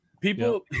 People